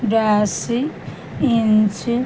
dash inch